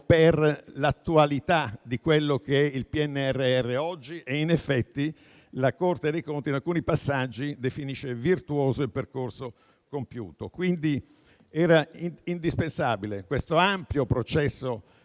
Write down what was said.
per l'attualità di quello che è il PNRR oggi. In effetti, la Corte dei conti in alcuni passaggi definisce virtuoso il percorso compiuto, quindi erano indispensabili quest'ampio processo